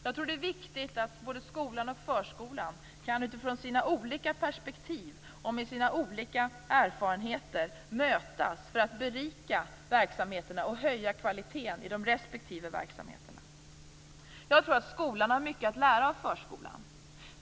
Jag tror att det är viktigt att både skolan och förskolan utifrån sina olika perspektiv och med sina olika erfarenheter kan mötas för att berika verksamheterna och höja kvaliteten i de respektive verksamheterna. Jag tror att skolan har mycket att lära av förskolan.